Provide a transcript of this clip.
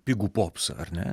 pigų popsą ar ne